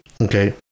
Okay